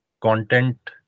content